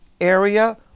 area